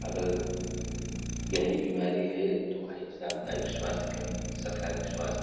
अगर गहरी बीमारी है तो है ही सामुदायिक स्वास्थ्य केंद्र सरकारी स्वास्थ्य